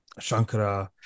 shankara